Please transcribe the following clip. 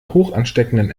hochansteckenden